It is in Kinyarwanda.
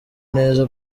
neza